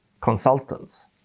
consultants